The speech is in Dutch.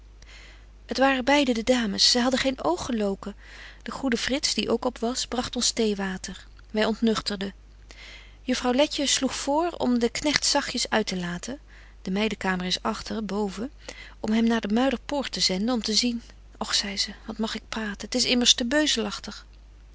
het waren beide de dames zy hadden geen oog geloken de goede frits die ook op was bragt ons theewater wy ontnugterden jufbetje wolff en aagje deken historie van mejuffrouw sara burgerhart frouw letje sloeg voor om den knegt zagtjes uit te laten de meiden kamer is agter boven om hem naar de muiderpoort te zenden om te zien och zei ze wat mag ik praten t is immers te beuzelagtig